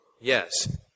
yes